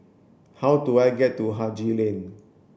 how do I get to Haji Lane